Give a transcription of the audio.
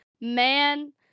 man